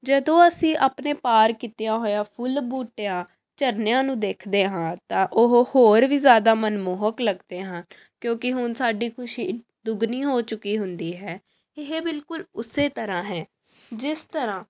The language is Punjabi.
ਜਦੋਂ ਅਸੀਂ ਆਪਣੇ ਪਾਰ ਕੀਤਿਆਂ ਹੋਇਆਂ ਫੁੱਲ ਬੂਟਿਆਂ ਝਰਨਿਆਂ ਨੂੰ ਦੇਖਦੇ ਹਾਂ ਤਾਂ ਉਹ ਹੋਰ ਵੀ ਜ਼ਿਆਦਾ ਮਨਮੋਹਕ ਲੱਗਦੇ ਹਾਂ ਕਿਉਂਕਿ ਹੁਣ ਸਾਡੀ ਖੁਸ਼ੀ ਦੁਗਣੀ ਹੋ ਚੁੱਕੀ ਹੁੰਦੀ ਹੈ ਇਹ ਬਿਲਕੁਲ ਉਸ ਤਰ੍ਹਾਂ ਹੈ ਜਿਸ ਤਰ੍ਹਾਂ